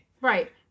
Right